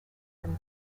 from